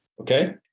okay